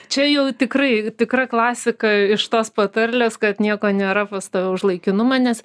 čia jau tikrai tikra klasika iš tos patarlės ka nieko nėra pastoviau už laikinumą nes